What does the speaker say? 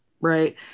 Right